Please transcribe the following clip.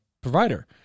provider